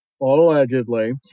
allegedly